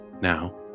Now